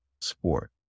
sport